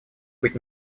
быть